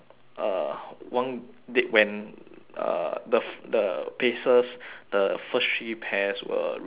when uh the f~ the pacers the first three pairs were recovering